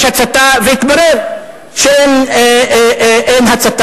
יש הצתה, והתברר שאין הצתה.